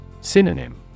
Synonym